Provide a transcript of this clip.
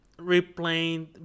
replaying